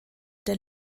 der